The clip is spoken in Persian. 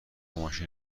ماشین